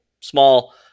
small